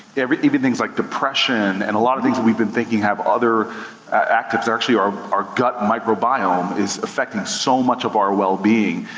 even things like depression, and a lot of things that we've been thinking have other actives actually our our gut microbiome is affecting so much of our wellbeing,